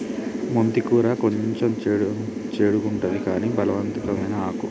మెంతి కూర కొంచెం చెడుగుంటది కని బలవర్ధకమైన ఆకు